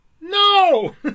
No